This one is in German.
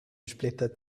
splitter